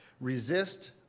resist